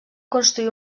construir